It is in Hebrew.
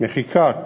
מחיקת